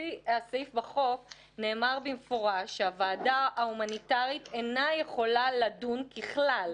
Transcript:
בסעיף בחוק נאמר במפורש שהוועדה ההומניטרית אינה יכולה לדון בכלל,